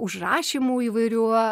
užrašymų įvairių